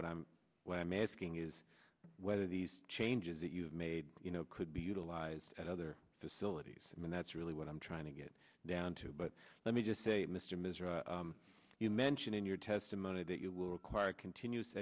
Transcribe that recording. what i'm what i'm asking is whether these changes that you have made you know could be utilized at other facilities and that's really what i'm trying to get down to but let me just say mr misery you mentioned in your testimony that you will require continuous